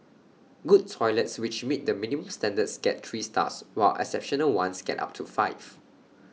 good toilets which meet the minimum standards get three stars while exceptional ones get up to five